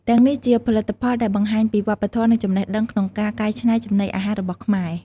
ទាំងនេះជាផលិតផលដែលបង្ហាញពីវប្បធម៌ និងចំណេះដឹងក្នុងការកែច្នៃចំណីអាហាររបស់ខ្មែរ។